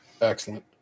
Excellent